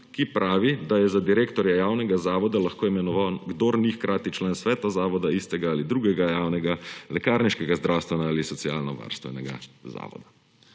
ki pravi, da je za direktorja javnega zavoda lahko imenovan, kdor ni hkrati član sveta zavoda istega ali drugega javnega lekarniškega, zdravstvenega ali socialnovarstvenega zavoda.